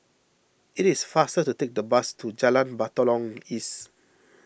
it is faster to take the bus to Jalan Batalong East